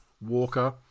Walker